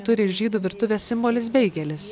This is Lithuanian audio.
turi ir žydų virtuvės simbolis beigelis